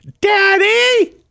Daddy